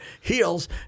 heels